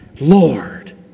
Lord